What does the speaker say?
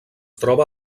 troba